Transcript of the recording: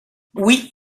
oui